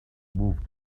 moved